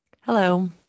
Hello